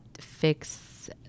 fix